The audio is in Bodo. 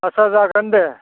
आथसा जागोन दे